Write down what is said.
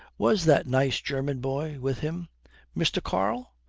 was that nice german boy with him mr. karl?